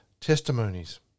testimonies